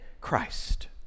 Christ